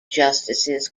justices